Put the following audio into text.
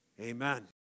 amen